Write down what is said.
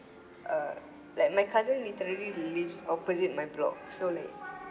uh like my cousin literally he lives opposite my block so like